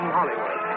Hollywood